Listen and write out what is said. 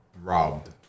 Robbed